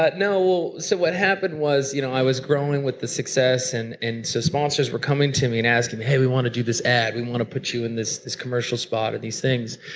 but no, so what happened was, you know, i was growing with the success and and so sponsors were coming to me and asking me, hey we want to do this ad we want to put you in this this commercial spot and these things.